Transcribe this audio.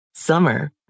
Summer